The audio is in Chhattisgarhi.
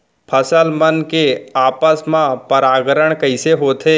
फसल मन के आपस मा परागण कइसे होथे?